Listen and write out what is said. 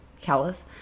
callous